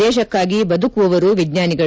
ದೇಶಕ್ಕಾಗಿ ಬದುಕುವವರು ವಿಜ್ಙಾನಿಗಳು